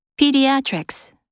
Pediatrics